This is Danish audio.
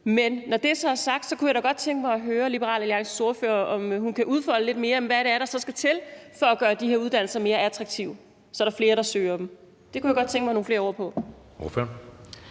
Men når det så er sagt, kunne jeg da godt tænke mig at høre Liberal Alliances ordfører, om hun kan udfolde lidt mere, hvad det så er, der skal til, for at gøre de her uddannelser mere attraktive, så der er flere, der søger dem. Det kunne jeg godt tænke mig at høre nogle flere ord på.